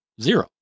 zero